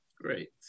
Great